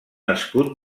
escut